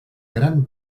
gran